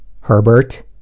Herbert